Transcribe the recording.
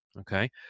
okay